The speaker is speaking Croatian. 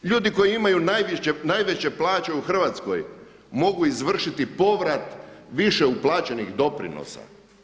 Ljudi koji imaju najveće plaće u Hrvatskoj mogu izvršiti povrat više uplaćenih doprinosa.